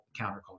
counterculture